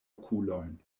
okulojn